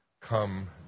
come